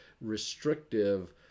restrictive